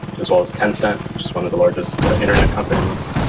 as well as tencent, which is one of the largest internet companies,